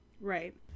right